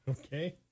Okay